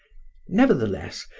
nevertheless,